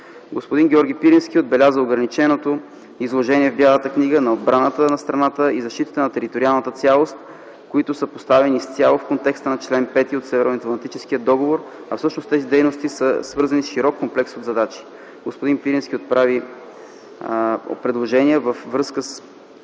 Господин Георги Пирински отбеляза ограниченото изложение в Бялата книга на отбраната на страната и защитата на териториалната цялост, които са поставени изцяло в контекста на чл. 5 от Северноатлантическия договор, а всъщност тези дейности са свързани с широк комплекс от задачи. Господин Пирински отправи предложения във връзка с